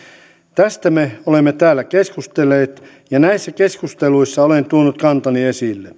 tästä me olemme täällä keskustelleet ja näissä keskusteluissa olen tuonut kantani esille parlamentaarisen